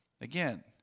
Again